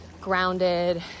grounded